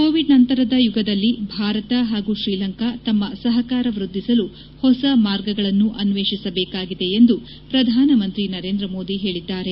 Covid ನಂತರದ ಯುಗದಲ್ಲಿ ಭಾರತ ಹಾಗೂ ಶ್ರೀಲಂಕಾ ತಮ್ಮ ಸಹಕಾರ ವೃದ್ದಿಸಲು ಹೊಸ ಮಾರ್ಗಗಳನ್ನು ಅನ್ವೇಷಿಸಬೇಕಾಗಿದೆ ಎಂದು ಪ್ರಧಾನಮಂತ್ರಿ ನರೇಂದ್ರ ಮೋದಿ ಹೇಳಿದ್ದಾರೆ